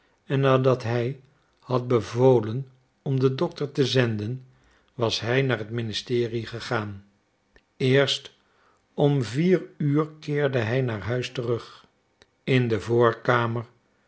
en nadat hij had bevolen om den dokter te zenden was hij naar het ministerie gegaan eerst om vier uur keerde hij naar huis terug in de voorkamer